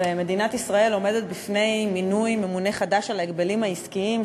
ומדינת ישראל עומדת בפני מינוי ממונה חדש על ההגבלים העסקיים,